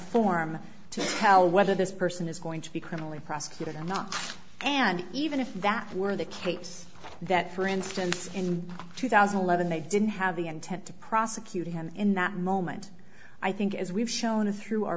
tell whether this person is going to be criminally prosecuted or not and even if that were the case that for instance in two thousand and eleven they didn't have the intent to prosecute him in that moment i think as we've shown through our